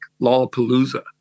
Lollapalooza